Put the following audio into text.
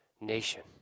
nation